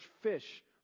fish